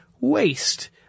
waste